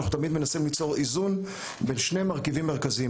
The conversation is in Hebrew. אנחנו תמיד מנסים ליצור איזון בין שני מרכיבים מרכזיים.